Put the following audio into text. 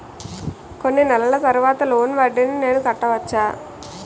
కొన్ని నెలల తర్వాత లోన్ వడ్డీని నేను కట్టవచ్చా?